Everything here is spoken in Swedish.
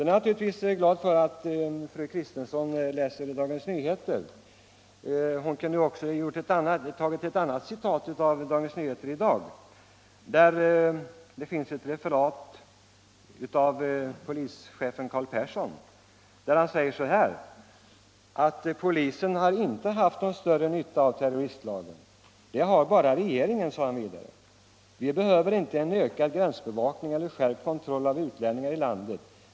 Jag är naturligtvis glad för att fru Kristensson läser Dagens Nyheter. Fru Kristensson kunde också ha anfört ett annat citat ur Dagens Nyheter i dag. Där refereras ett uttalande av polischefen Carl Persson, som säger: ”Polisen har ingen större nytta av terroristlagen.” Det har bara regeringen, sade polischefen vidare. Han fortsatte: ”Vi behöver inte ökad gränsbevakning eller skärpt kontroll av utlänningar i landet.